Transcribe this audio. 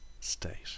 state